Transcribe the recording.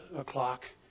o'clock